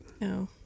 No